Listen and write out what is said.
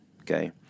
Okay